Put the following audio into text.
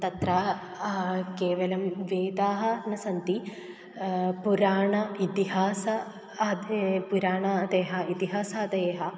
तत्र केवलं वेदाः न सन्ति पुराणम् इतिहासः आदौ पुराणादयः इतिहासादयः